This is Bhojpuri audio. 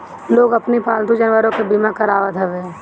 लोग अपनी पालतू जानवरों के बीमा करावत हवे